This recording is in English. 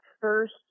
first